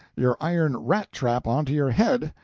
your iron rat-trap onto your head,